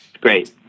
Great